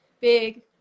big